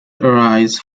arise